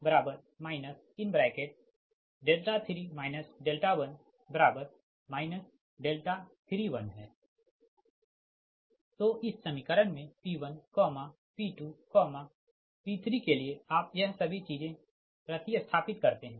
तोइस समीकरण में P1P2P3के लिए आप यह सभी चीजें प्रति स्थापित करते है